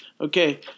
Okay